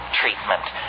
treatment